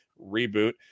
reboot